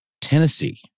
Tennessee